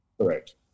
Correct